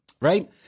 Right